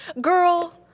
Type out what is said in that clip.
girl